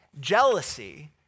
Jealousy